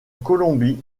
colombie